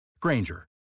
Granger